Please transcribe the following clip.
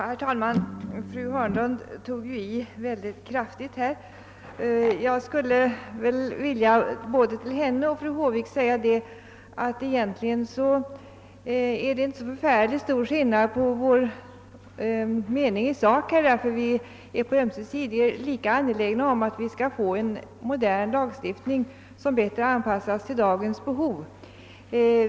Herr talman! Fru Hörnlund tog ju i mycket kraftigt. Jag skulle både till henne och fru Håvik vilja säga att det egentligen inte är så förfärligt stor skill nad i sak mellan våra meningar. Vi är lika angelägna om att vi skall få till stånd en modern lagstiftning som bättre anpassas till dagens behov.